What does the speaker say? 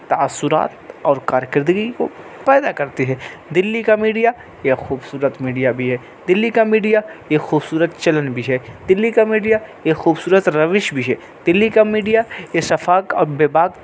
تأثرات اور کار کردگی کو پیدا کرتی ہے دلی کا میڈیا ایک خوبصورت میڈیا بھی ہے دلی کا میڈیا ایک خوبصورت چلن بھی ہے دلی کا میڈیا ایک خوبصورت روش بھی ہے دلی کا میڈیا ایک شفاف اور بےباک